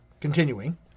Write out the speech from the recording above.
continuing